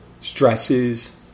stresses